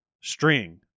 string